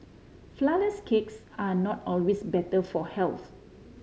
flourless cakes are not always better for health